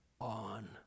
on